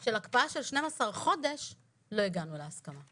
של הקפאה של 12 חודש לא הגענו להסכמה.